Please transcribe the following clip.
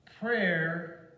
Prayer